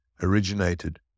originated